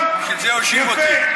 בשביל זה הוא הושיב אותי,